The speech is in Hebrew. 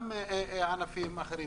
גם ענפים אחרים.